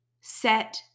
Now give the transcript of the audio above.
set